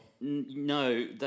No